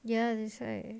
ya that's right